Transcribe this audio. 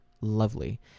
lovely